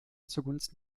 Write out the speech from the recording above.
zugunsten